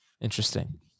Interesting